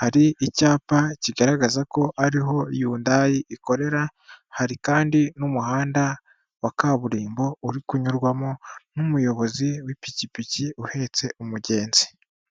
hari icyapa kigaragaza ko ariho Hyundai ikorera hari kandi n'umuhanda wa kaburimbo uri kunyurwamo n'umuyobozi w'ipikipiki uhetse umugenzi.